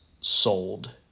sold